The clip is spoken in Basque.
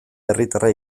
herritarra